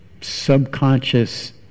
subconscious